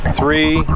three